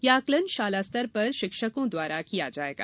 यह आकलन शाला स्तर पर शिक्षकों द्वारा किया जाएगा